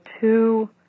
two